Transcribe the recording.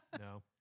No